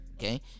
Okay